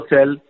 Cell